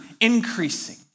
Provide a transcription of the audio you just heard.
increasing